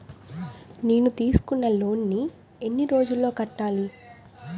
నేను తీసుకున్న లోన్ నీ ఎన్ని రోజుల్లో కట్టాలి?